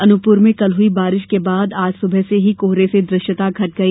अनूपपुर में कल हुई बारिश के बाद आज सुबह से ही कोहरे से दृश्यता घट गई